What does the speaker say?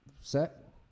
set